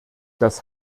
das